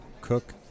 cook